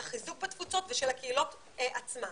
את החיזוק בתפוצות ושל הקהילות עצמן.